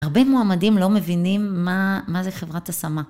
הרבה מועמדים לא מבינים מה זה חברת השמה.